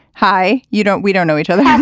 hi. you don't we don't know each other. um